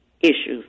issues